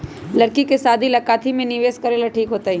लड़की के शादी ला काथी में निवेस करेला ठीक होतई?